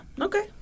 Okay